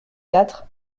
quatre